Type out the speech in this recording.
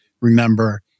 remember